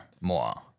more